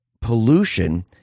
pollution